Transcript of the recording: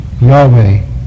Yahweh